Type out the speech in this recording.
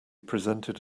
presented